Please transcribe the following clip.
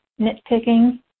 nitpicking